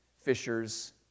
fishers